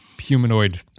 humanoid